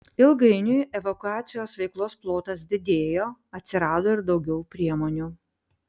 ilgainiui evakuacijos veiklos plotas didėjo atsirado ir daugiau priemonių